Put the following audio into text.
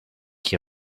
qui